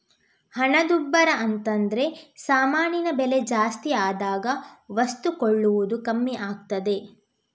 ಹಣದುಬ್ಬರ ಅಂತದ್ರೆ ಸಾಮಾನಿನ ಬೆಲೆ ಜಾಸ್ತಿ ಆದಾಗ ವಸ್ತು ಕೊಳ್ಳುವುದು ಕಮ್ಮಿ ಆಗ್ತದೆ